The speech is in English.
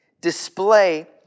Display